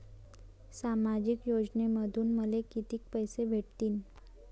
सामाजिक योजनेमंधून मले कितीक पैसे भेटतीनं?